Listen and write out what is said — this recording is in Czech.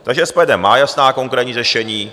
Takže SPD má jasná, konkrétní řešení.